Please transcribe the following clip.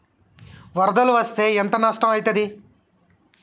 వరదలు వస్తే ఎంత నష్టం ఐతది?